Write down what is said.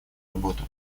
работу